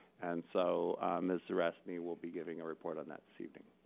and so ms. zareczny will be giving a report on that this evening.